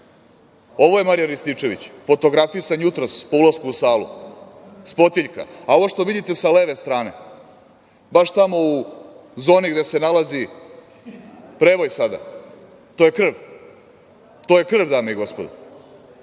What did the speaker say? Ovo je Marijan Rističević, fotografisan jutros po ulasku u salu s potiljka, a ovo što vidite sa leve strane, baš tamo u zoni gde se nalazi prevoj sada, to je krv, to je krv dame i gospodo.